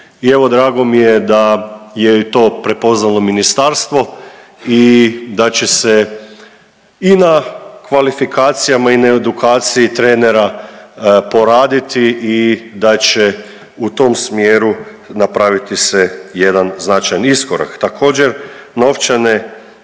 I evo drago mi je da je i to prepoznalo ministarstvo i da će se na kvalifikacijama i na edukaciji trenera poraditi i da će u tom smjeru napraviti se jedan značajan iskorak. Također novčane